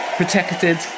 protected